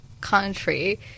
country